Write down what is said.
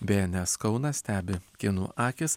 bns kauną stebi kinų akys